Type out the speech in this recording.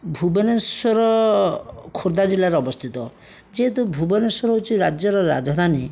ଭୁବନେଶ୍ୱର ଖୋର୍ଦ୍ଧା ଜିଲ୍ଲାରେ ଅବସ୍ଥିତ ଯେହେତୁ ଭୁବନେଶ୍ୱର ହେଉଛି ରାଜ୍ୟର ରାଜଧାନୀ